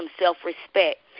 self-respect